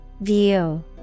View